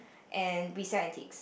and we sell antiques